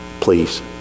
please